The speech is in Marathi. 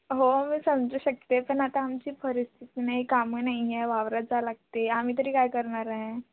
हो मी समजू शकते पण आता आमची परिस्थिती नाही कामं नाही आहे वावरात जा लागते आम्ही तरी काय करणार आहे